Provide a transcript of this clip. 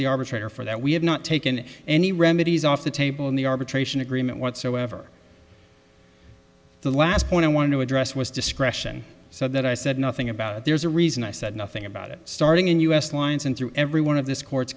the arbitrator for that we have not taken any remedies off the table in the arbitration agreement whatsoever the last point i want to address was discretion so that i said nothing about it there's a reason i said nothing about it starting in us lines and through every one of this court